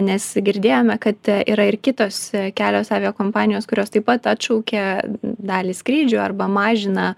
nes girdėjome kad yra ir kitos kelios aviokompanijos kurios taip pat atšaukė dalį skrydžių arba mažina